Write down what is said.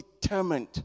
determined